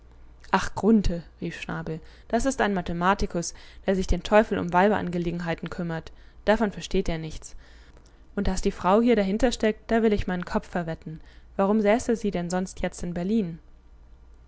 ach grunthe rief schnabel das ist ein mathematikus der sich den teufel um weiberangelegenheiten kümmert davon versteht er nichts und daß die frau hier dahintersteckt da will ich meinen kopf verwetten warum säße sie denn sonst jetzt in berlin